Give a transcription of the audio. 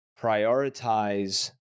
prioritize